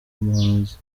umuhanzi